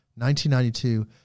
1992